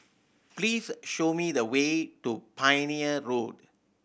please show me the way to Pioneer Road